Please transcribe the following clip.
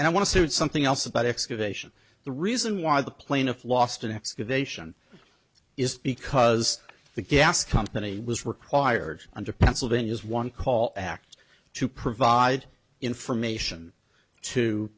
i want to see something else about excavation the reason why the plaintiff lost an excavation is because the gas company was required under pennsylvania's one call act to provide information to